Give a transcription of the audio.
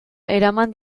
eraman